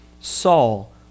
Saul